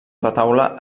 retaule